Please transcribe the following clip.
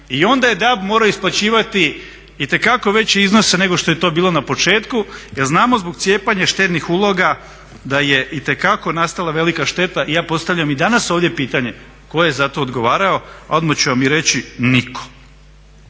i onda je DAB je morao isplaćivati itekako veće iznose nego što je to bilo na početku jer znamo zbog cijepanja štednih uloga da je itekako nastala velika šteta. Ja postavljam i danas ovdje pitanje ko je za to odgovarao, a odmah ću vam i reći niko.